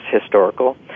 historical